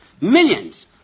Millions